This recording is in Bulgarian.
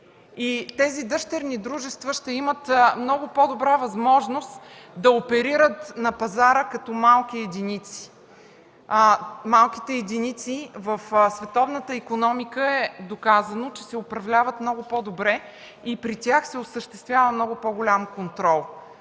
Тези дъщерни дружества ще имат много по-добра възможност да оперират на пазара като малки единици. А в световната икономика е доказано, че малките единици се управляват много по-добре и при тях се осъществява много по-голям контрол.